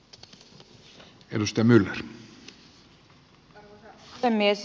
arvoisa puhemies